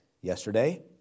yesterday